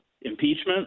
Impeachment